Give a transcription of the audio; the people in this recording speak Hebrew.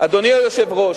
אדוני היושב-ראש,